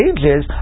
Ages